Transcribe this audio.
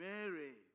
Mary